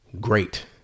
great